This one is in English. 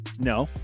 No